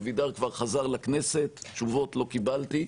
אבידר כבר חזר לכנסת, תשובות לא קיבלתי.